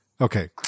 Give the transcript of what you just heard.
Okay